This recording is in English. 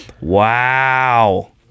Wow